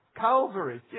Calvary